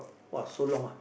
!wah! so long ah